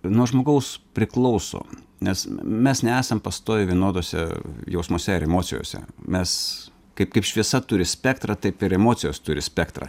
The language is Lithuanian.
nuo žmogaus priklauso nes mes nesam pastoviai vienoduose jausmuose ar emocijose mes kaip kaip šviesa turi spektrą taip ir emocijos turi spektrą